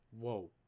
Whoa